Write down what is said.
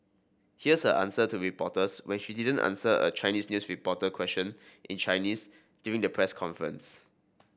here's her answer to reporters when she didn't answer a Chinese news reporter question in Chinese during the press conference